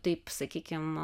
taip sakykim